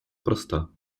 проста